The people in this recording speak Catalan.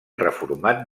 reformat